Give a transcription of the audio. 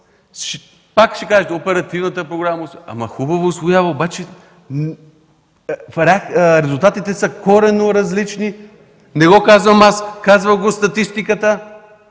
Пак ще кажете: оперативната програма усвоява... Ама хубаво, усвоява, но резултатите са коренно различни. Не го казвам аз, казва го статистиката